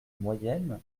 moyenne